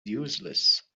useless